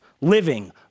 Living